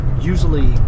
usually